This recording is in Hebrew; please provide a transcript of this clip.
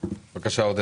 בבקשה.